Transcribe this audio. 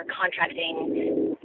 contracting